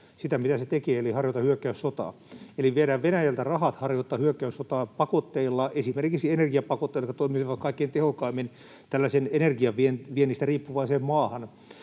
sitä, mitä se teki, eli harjoittaa hyök-käyssotaa. Eli viedään Venäjältä rahat harjoittaa hyökkäyssotaa pakotteilla, esimerkiksi energiapakotteilla, jotka toimisivat kaikkein tehokkaimmin tällaiseen energiaviennistä riippuvaiseen maahan.